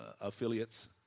affiliates